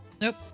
Nope